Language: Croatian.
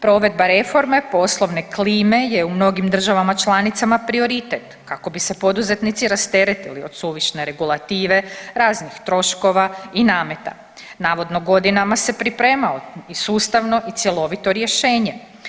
Provedba reforme poslovne klime je u mnogim državama članicama prioritet kako bi se poduzetnici rasteretili od suvišne regulative, raznih troškova i nameta, navodno godinama se pripremalo i sustavno i cjelovito rješenje.